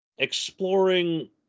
exploring